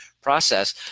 process